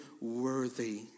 worthy